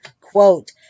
Quote